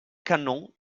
canon